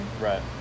Right